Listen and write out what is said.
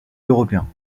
européens